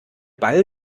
ball